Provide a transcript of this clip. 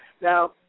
Now